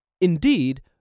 Indeed